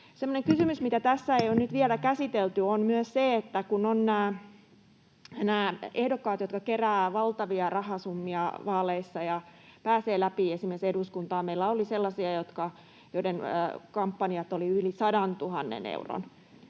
kysymys, mitä tässä ei ole nyt vielä käsitelty, on myös se, että kun on näitä ehdokkaita, jotka keräävät valtavia rahasummia vaaleissa ja pääsevät läpi esimerkiksi eduskuntaan — meillä oli sellaisia, joiden kampanjat olivat yli 100 000 euron